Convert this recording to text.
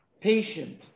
patient